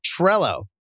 Trello